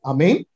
Amen